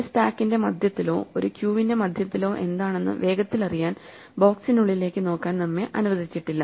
ഒരു സ്റ്റാക്കിന്റെ മധ്യത്തിലോ ഒരു ക്യൂവിന്റെ മധ്യത്തിലോ എന്താണെന്നു വേഗത്തിൽ അറിയാൻ ബോക്സിനുള്ളിലേക്ക് നോക്കാൻ നമ്മെ അനുവദിച്ചിട്ടില്ല